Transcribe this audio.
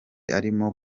arimo